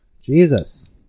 jesus